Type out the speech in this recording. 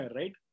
right